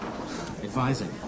Advising